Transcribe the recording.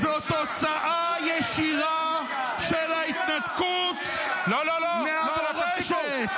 זאת תוצאה ישירה של ההתנתקות מהמורשת.